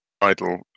idle